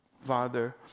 Father